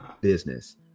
business